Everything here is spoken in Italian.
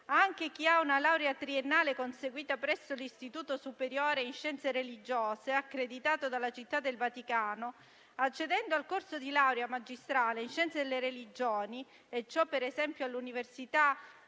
anche chi ha una laurea triennale conseguita presso l'Istituto superiore di scienze religiose accreditato dalla Città del Vaticano, accedendo al corso di laurea magistrale in scienze delle religioni (e ciò, per esempio, all'Università